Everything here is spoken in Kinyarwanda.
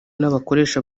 n’abakoresha